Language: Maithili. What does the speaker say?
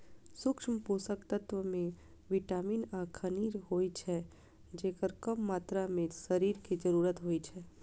सूक्ष्म पोषक तत्व मे विटामिन आ खनिज होइ छै, जेकर कम मात्रा मे शरीर कें जरूरत होइ छै